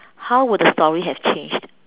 how would the story have changed